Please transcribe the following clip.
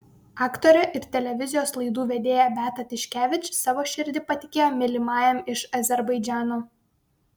aktorė ir televizijos laidų vedėja beata tiškevič savo širdį patikėjo mylimajam iš azerbaidžano